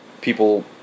people